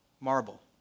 Marble